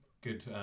good